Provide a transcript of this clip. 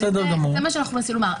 זה מה שאנחנו מנסים לומר.